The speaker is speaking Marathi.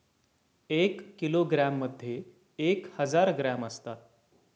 एक किलोग्रॅममध्ये एक हजार ग्रॅम असतात